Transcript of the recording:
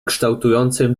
kształtującym